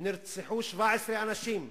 17 אנשים,